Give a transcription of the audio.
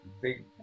Big